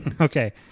okay